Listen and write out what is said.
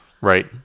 right